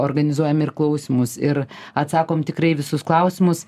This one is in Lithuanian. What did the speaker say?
organizuojam ir klausymus ir atsakom tikrai į visus klausimus